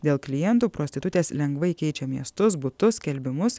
dėl klientų prostitutės lengvai keičia miestus butus skelbimus